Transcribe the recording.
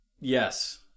Yes